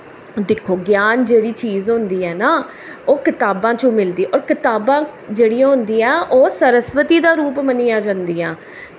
दिक्खो ज्ञान जेह्ड़ी चीज़ होंदी ऐ ना ओह् कताबां चों मिलदी ऐ होर कताबां जेह्ड़ियां होंदियां ओह् सरस्वती दा रूप मन्नियां जंदियां